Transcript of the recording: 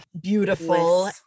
beautiful